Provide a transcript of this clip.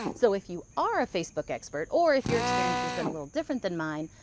so if you are a facebook expert, or if your experience has been a little different than mine,